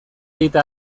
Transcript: egite